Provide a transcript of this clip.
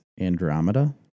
Andromeda